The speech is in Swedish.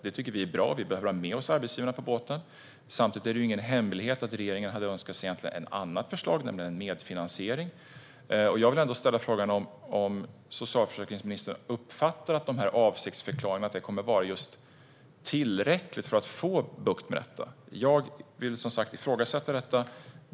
Det tycker vi är bra, för vi behöver ha med oss arbetsgivarna på tåget. Samtidigt är det ingen hemlighet att regeringen egentligen hade önskat sig ett annat förslag, nämligen en medfinansiering. Jag vill ställa frågan om socialförsäkringsministern uppfattar att det kommer att vara tillräckligt med de här avsiktsförklaringarna för att få bukt med detta. Jag vill ifrågasätta det.